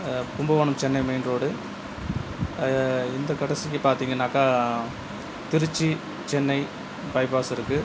Kumbakonam Chennai main road இந்த கடைசிக்கு பார்த்திங்கன்னாக்கா திருச்சி சென்னை பைபாஸ் இருக்குது